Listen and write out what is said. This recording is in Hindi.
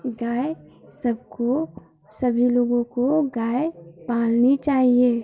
गाय सबको सभी लोगों को गाय पालनी चाहिए